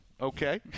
okay